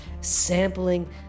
sampling